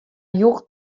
joech